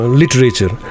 literature